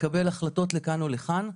לקבל החלטות לכאן או לכאן.